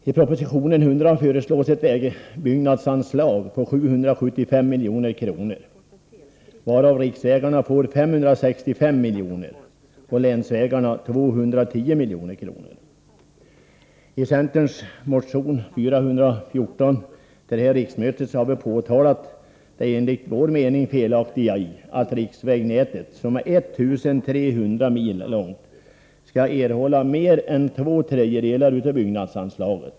I centerns motion 414 som vi väckt under innevarande riksmöte har vi påtalat det enligt vår mening felaktiga i att riksvägnätet, som omfattar 1 300 mil, skall erhålla mer än två tredjedelar av byggnadsanslaget.